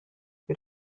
you